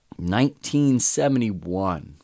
1971